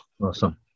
Awesome